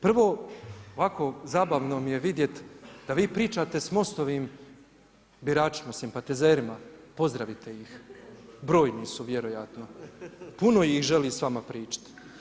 Prvo, ovako zabavno mi je vidjet da vi pričate sa mostovim biračima, simpatizerima, pozdravite ih, brojni su vjerojatno, puno ih želi s vama pričat.